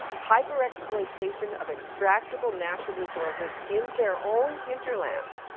hyper exploitation of extractable natural resources in their own hinterlands,